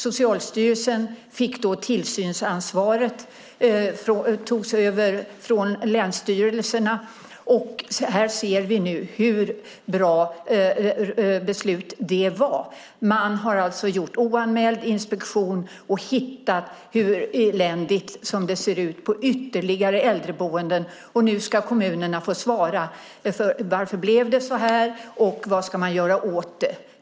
Socialstyrelsen fick ta över tillsynsansvaret från länsstyrelserna, och här ser vi nu vilket bra beslut det var. Man har alltså gjort oanmäld inspektion och hittat hur eländigt det ser ut på ytterligare äldreboenden. Nu ska kommunerna få svara på varför det blev så här och vad man ska göra åt det.